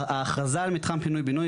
ההכרזה על מתחם פינוי בינוי,